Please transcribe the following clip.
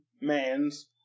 man's